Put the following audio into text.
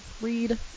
read